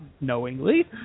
knowingly